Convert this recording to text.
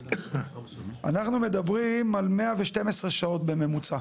4.3. אנחנו מדברים על 112 שעות בממוצע.